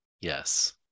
Yes